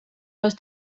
los